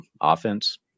offense